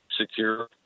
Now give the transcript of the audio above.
secure